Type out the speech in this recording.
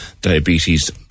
Diabetes